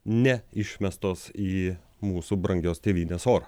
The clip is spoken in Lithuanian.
ne išmestos į mūsų brangios tėvynės orą